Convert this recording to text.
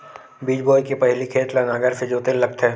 बीज बोय के पहिली खेत ल नांगर से जोतेल लगथे?